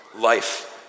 life